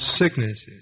sicknesses